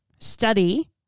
study